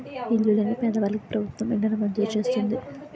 ఇల్లు లేని పేదవాళ్ళకి ప్రభుత్వం ఇళ్లను మంజూరు చేస్తుంది